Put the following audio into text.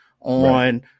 on